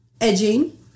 edging